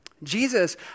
Jesus